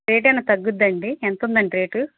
rate ఏమన్నా తగ్గుద్దా అండి ఎంత ఉంది అండి రేటు